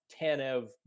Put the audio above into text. Tanev